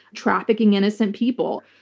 trafficking innocent people.